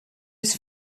his